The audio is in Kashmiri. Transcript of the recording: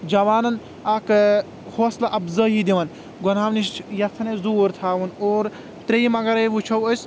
جوانن اکھ حوصلہٕ افزأیی دِوان گنہو نِش یژھان اَسہِ دوٗر تھاوُن اور ترٛیٚیم اگرے وُچھو أسۍ